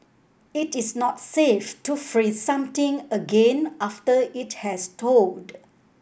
it is not safe to freeze something again after it has thawed